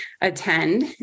attend